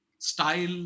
style